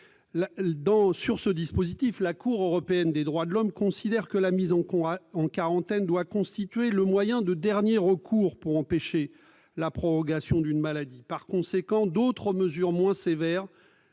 en discussion, la Cour européenne des droits de l'homme considère que la mise en quarantaine doit constituer le moyen de dernier recours pour empêcher la prolongation d'une maladie. Par conséquent, d'autres mesures moins sévères